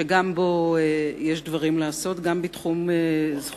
שגם בו יש דברים לעשות,